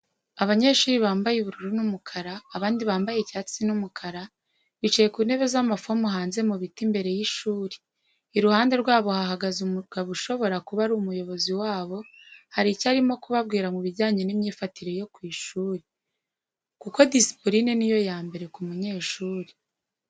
Abanyeshuri bambaye ubururu numukara abandi bambaye icyatsi n,umukara bicaye kuntebe zamafomu hanze mubiti imbere y,ishuri iruhande rwabo hahagaze umugabo ashobora kuba arumuyobozi wabo haricyo arimo kubabwira mubijyanye nimyifatire yo kwishuri. kuko disipurine niyo yambere kumunyeshuri.